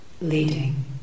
leading